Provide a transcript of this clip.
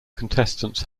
contestants